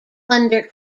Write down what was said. wonder